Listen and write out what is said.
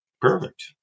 Perfect